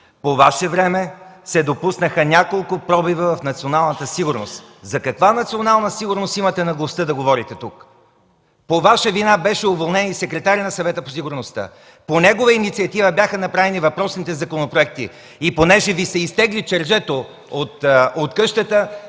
По Ваше време се допуснаха няколко пробива в националната сигурност. За каква национална сигурност имате наглостта да говорите тук? По Ваша вина беше уволнен и секретарят на Съвета по сигурността. По негова инициатива бяха направени въпросните законопроекти. И понеже Ви се изтегли черджето от къщата,